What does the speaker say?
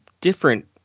different